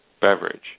beverage